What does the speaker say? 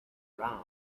around